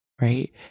right